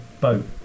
boat